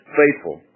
faithful